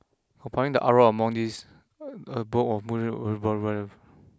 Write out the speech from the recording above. compounding the uproar among these